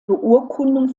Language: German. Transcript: beurkundung